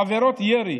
בעבירות ירי,